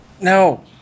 No